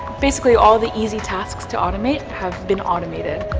basically all the easy tasks to automate have been automated.